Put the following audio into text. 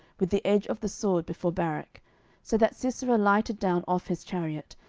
with the edge of the sword before barak so that sisera lighted down off his chariot,